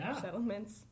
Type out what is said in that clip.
settlements